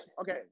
okay